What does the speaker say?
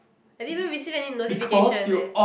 I didn't even receive any notification eh